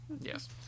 Yes